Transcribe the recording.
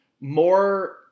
more